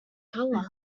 colour